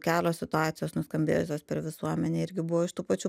kelios situacijos nuskambėjusios per visuomenę irgi buvo iš tų pačių